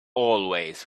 always